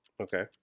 Okay